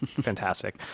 fantastic